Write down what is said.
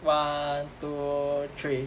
one two three